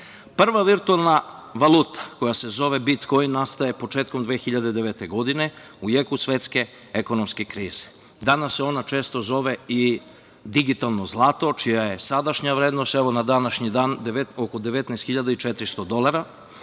virtuelna valuta koja se zove bitkoin nastaje početkom 2009. godine u jeku svetske ekonomske krize. Danas se ona često zove i digitalno zlato, čija je sadašnja vrednost, na današnji dan oko 19.400 dolara,